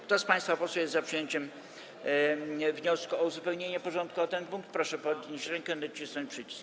Kto z państwa posłów jest za przyjęciem wniosku o uzupełnienie porządku o ten punkt, proszę podnieść rękę i nacisnąć przycisk.